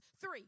three